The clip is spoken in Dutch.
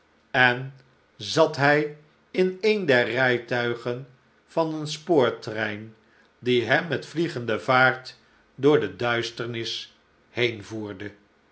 en zat hij in een der rijtuige'n van een spoortrein die hem met vliegehde vaart door de duisternis